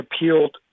appealed